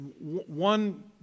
One